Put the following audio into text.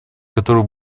которых